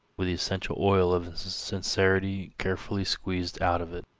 with the essential oil of sincerity carefully squeezed out of it.